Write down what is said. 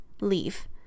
leave